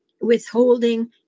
withholding